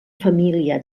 família